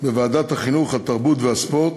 בוועדת החינוך, התרבות והספורט